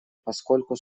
поскольку